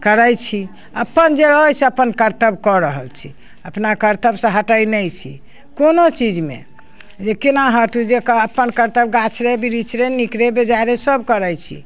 करै छी अपन जे अछि अपन कर्तव्य कऽ रहल छी अपना कर्तव्यसँ हटै नहि छी कोनो चीजमे जे कोना हटी जे अपन कर्तव्य गाछ रे बिरिछ रे नीक रे बेजाइ रे सब करै छी